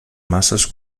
masses